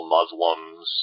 Muslims